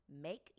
Make